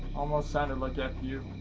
almost sounded like ah f-you.